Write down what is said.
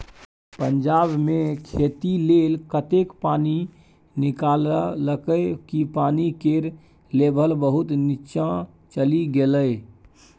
पंजाब मे खेती लेल एतेक पानि निकाललकै कि पानि केर लेभल बहुत नीच्चाँ चलि गेलै